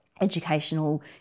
educational